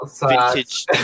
vintage